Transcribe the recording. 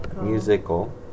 Musical